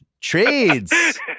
trades